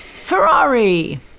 Ferrari